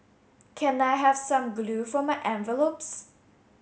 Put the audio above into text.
can I have some glue for my envelopes